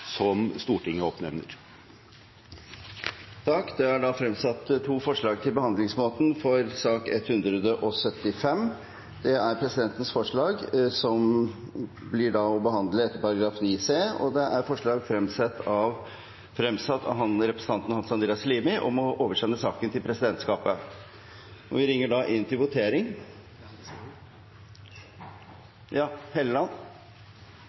som Stortinget oppnevner. Det er da fremsatt to forslag til behandlingsmåte for referatsak nr. 175. Det er presidentens forslag om å behandle saken etter § 39 annet ledd bokstav c, og det er forslag fremsatt av representanten Hans Andreas Limi om å oversende saken til presidentskapet.